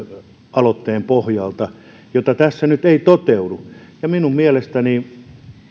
aloitteen pohjalta joka tässä nyt ei toteudu minun mielestäni